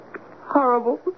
horrible